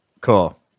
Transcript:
Cool